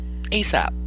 ASAP